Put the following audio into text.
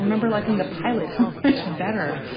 remember liking the pilot so much better.